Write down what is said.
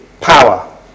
power